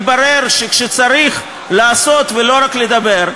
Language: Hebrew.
מתברר שכשצריך לעשות ולא רק לדבר,